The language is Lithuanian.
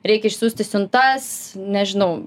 reikia išsiųsti siuntas nežinau